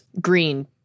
green